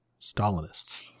Stalinists